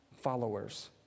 followers